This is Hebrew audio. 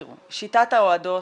תראו, שיטת ההועדות,